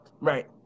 right